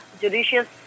judicious